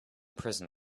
prison